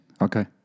Okay